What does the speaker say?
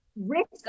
risk